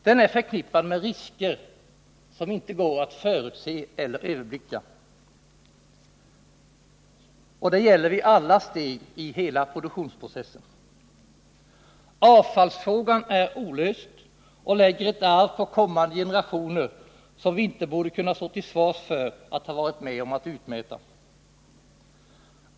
Den är förknippad med risker som inte går att förutse eller överblicka, och det gäller vid alla steg i produktionsprocessen. Avfallsfrågan är olöst och lägger ett arv på kommande generationer som vi inte borde kunna stå till svars för att ha varit med om att utmäta.